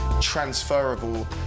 transferable